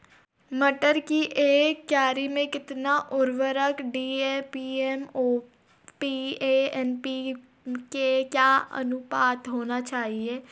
मटर की एक क्यारी में कितना उर्वरक डी.ए.पी एम.ओ.पी एन.पी.के का अनुपात होना चाहिए?